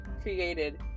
created